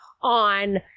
on